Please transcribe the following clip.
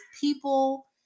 people